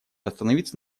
остановиться